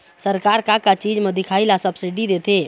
सरकार का का चीज म दिखाही ला सब्सिडी देथे?